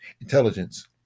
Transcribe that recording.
intelligence